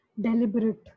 deliberate